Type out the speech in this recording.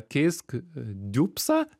keisk diubsą